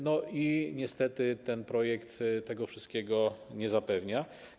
Niestety ten projekt tego wszystkiego nie zapewnia.